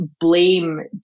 blame